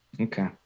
Okay